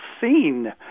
seen